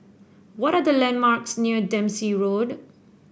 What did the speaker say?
what are the landmarks near Dempsey Road